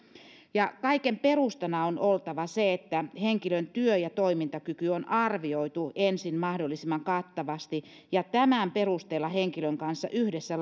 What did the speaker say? kaiken perustana on oltava se että henkilön työ ja toimintakyky on arvioitu ensin mahdollisimman kattavasti ja tämän perusteella henkilön kanssa yhdessä